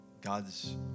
God's